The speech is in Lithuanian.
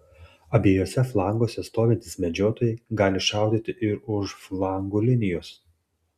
abiejuose flanguose stovintys medžiotojai gali šaudyti ir už flangų linijos